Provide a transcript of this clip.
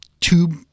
tube